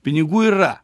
pinigų yra